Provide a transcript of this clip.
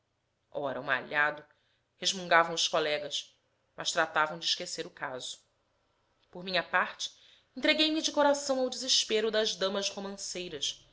ora o malhado resmungavam os colegas mas tratavam de esquecer o caso por minha parte entreguei me de coração ao desespero das damas romanceiras